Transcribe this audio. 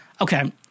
okay